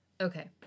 Okay